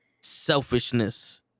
selfishness